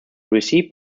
recipe